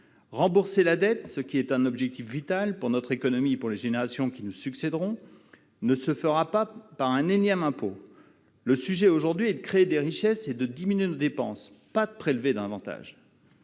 Rembourser la dette, objectif vital pour notre économie et pour les générations qui nous succéderont, ne se fera pas par un énième impôt. Il s'agit, aujourd'hui, de créer des richesses et de diminuer nos dépenses, pas de prélever davantage.